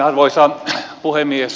arvoisa puhemies